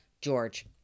George